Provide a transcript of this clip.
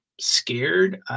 scared